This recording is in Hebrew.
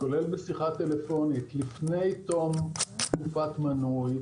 כולל בשיחת טלפונית לפני תום תקופת מנוי,